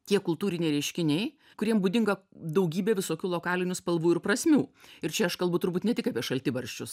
tie kultūriniai reiškiniai kuriem būdinga daugybė visokių lokalinių spalvų ir prasmių ir čia aš kalbu turbūt ne tik apie šaltibarščius